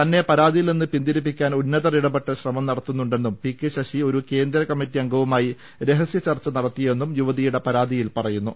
തന്നെ പരാതിയിൽ നിന്ന് പിന്തിരിപ്പിക്കാൻ ഉന്നതർ ഇടപെട്ട് ശ്രമം നടത്തുന്നുണ്ടെന്നും പികെ ശശി ഒരു കേന്ദ്ര കമ്മിറ്റി അംഗവുമായി രഹസ്യ ചർച്ച നടത്തിയെന്നും യുവതിയുടെ പരാതിയിൽ പറയു ന്നു